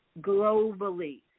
globally